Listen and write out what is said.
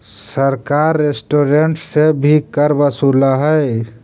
सरकार रेस्टोरेंट्स से भी कर वसूलऽ हई